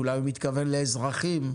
אולי הוא מתכוון לאזרחים.